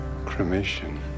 cremation